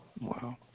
wow